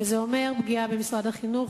וזה אומר פגיעה במשרד החינוך,